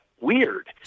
weird